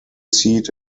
seat